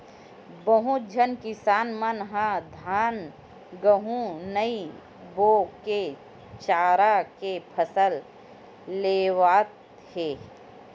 बहुत झन किसान मन ह धान, गहूँ नइ बो के चारा के फसल लेवत हे